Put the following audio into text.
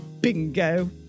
Bingo